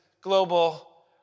global